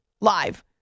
live